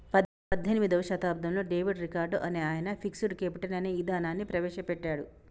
పద్దెనిమిదో శతాబ్దంలో David Ricardo అనే ఆయన ఫిక్స్డ్ కేపిటల్ అనే ఇదానాన్ని ప్రవేశ పెట్టాడు